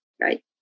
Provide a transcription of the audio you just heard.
right